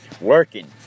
Working